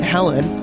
Helen